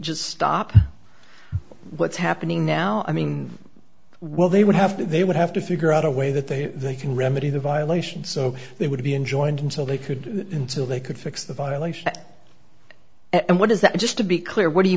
just stop what's happening now i mean well they would have to they would have to figure out a way that they they can remedy the violation so they would be enjoined until they could until they could fix the violation and what does that just to be clear what do you